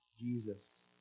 Jesus